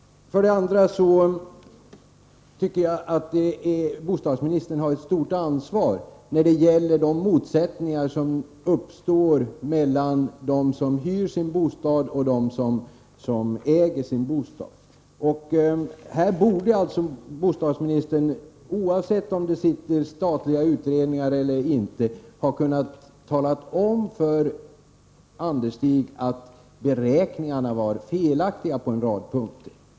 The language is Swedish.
Vidare tycker jag att bostadsministern har ett stort ansvar när det gäller de motsättningar som uppstår mellan dem som hyr sin bostad och dem som äger sin bostad. Här borde bostadsministern, oavsett om statliga utredningar arbetar eller inte, ha kunnat tala om för Anderstig att beräkningarna på en rad punkter var felaktiga.